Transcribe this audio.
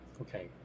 Okay